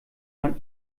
man